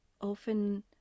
often